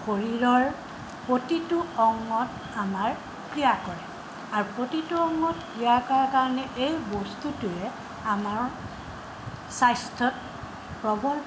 শৰীৰৰ প্ৰতিটো অংগত আমাৰ ক্ৰিয়া কৰে আৰু প্ৰতিটো অংগত ক্ৰিয়া কৰাৰ কাৰণে এই বস্তুটোৱে আমাৰ স্বাস্থ্যত প্ৰৱল